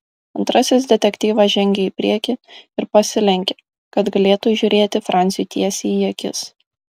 antrasis detektyvas žengė į priekį ir pasilenkė kad galėtų žiūrėti franciui tiesiai į akis